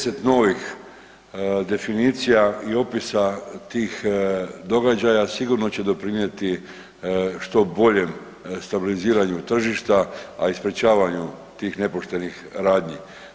10 novih definicija i opisa tih događaja sigurno će doprinjeti što boljem stabiliziranju tržišta, a i sprječavanju tih nepoštenih radnji.